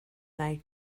they